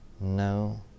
No